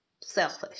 selfish